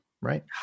Right